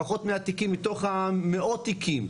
לפחות מאה תיקים מתוך מאות תיקים.